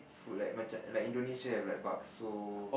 food like machan like Indonesia have like bakso